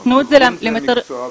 תנו את זה למתרגמים --- נכון,